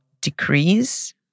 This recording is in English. decrease